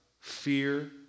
fear